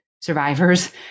survivors